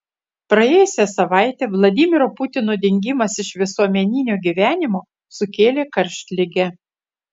praėjusią savaitę vladimiro putino dingimas iš visuomeninio gyvenimo sukėlė karštligę